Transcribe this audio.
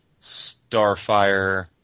Starfire